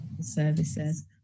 services